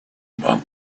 about